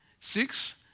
six